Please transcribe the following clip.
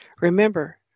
Remember